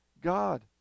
God